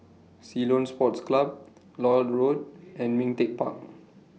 Ceylon Sports Club Lloyd Road and Ming Teck Park